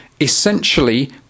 essentially